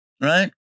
Right